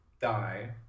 die